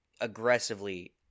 aggressively